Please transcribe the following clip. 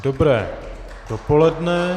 Dobré dopoledne.